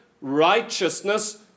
righteousness